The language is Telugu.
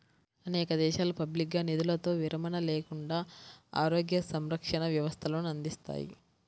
అనేక దేశాలు పబ్లిక్గా నిధులతో విరమణ లేదా ఆరోగ్య సంరక్షణ వ్యవస్థలను అందిస్తాయి